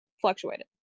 fluctuated